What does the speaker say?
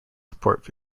supports